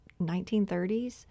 1930s